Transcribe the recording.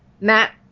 Matt